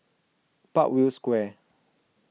Parkview Square